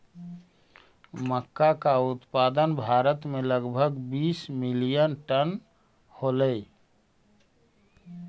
मक्का का उत्पादन भारत में लगभग बीस मिलियन टन होलई